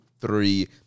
three